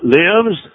lives